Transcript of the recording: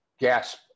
GASP